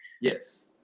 Yes